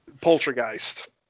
Poltergeist